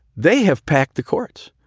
they have packed the courts.